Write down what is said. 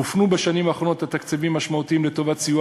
הופנו בשנים האחרונות תקציבים משמעותיים לסיוע